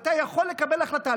אתה יכול לקבל החלטה.